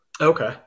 Okay